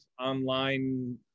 online